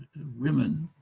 and women